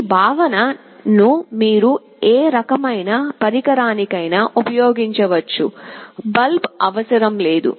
ఈ భావన ను మీరు ఏ రకమైన పరికరానికైనా ఉపయోగించవచ్చు బల్బ్ అవసరం లేదు